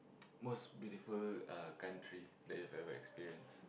most beautiful uh country that you've ever experienced